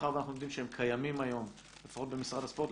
מאחר ואנחנו יודעים שהם קיימים היום לפחות במשרד הספורט,